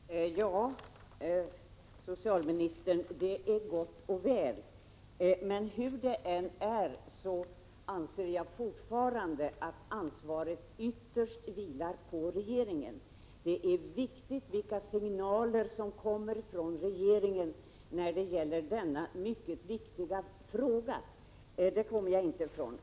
Herr talman! Ja, socialministern, det är gott och väl. Men hur det än är anser jag fortfarande att ansvaret ytterst vilar på regeringen. Signalerna från regeringen är viktiga i denna mycket angelägna fråga. Det kommer jag inte ifrån.